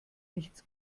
nichts